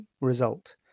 result